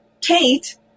Kate